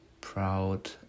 proud